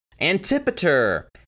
Antipater